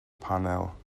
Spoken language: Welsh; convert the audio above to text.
panel